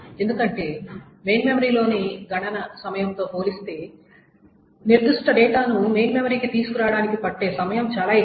ఎందుకంటే మెయిన్ మెమరీలోని గణన సమయంతో పోలిస్తే నిర్దిష్ట డేటాను మెయిన్ మెమరీకి తీసుకురావడానికి పట్టే సమయం చాలా ఎక్కువ